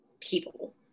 people